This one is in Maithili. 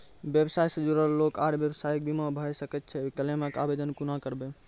व्यवसाय सॅ जुड़ल लोक आर व्यवसायक बीमा भऽ सकैत छै? क्लेमक आवेदन कुना करवै?